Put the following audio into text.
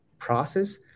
process